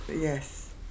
yes